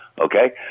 okay